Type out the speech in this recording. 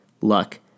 Luck